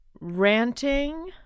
ranting